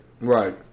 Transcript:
Right